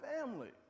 family